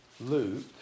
Luke